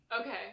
okay